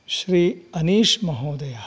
श्री अनीश् महोदयः